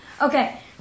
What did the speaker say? Okay